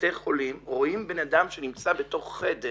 לבתי חולים, רואים בנאדם שנמצא בתוך חדר